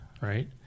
right